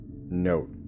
Note